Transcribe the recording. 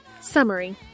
Summary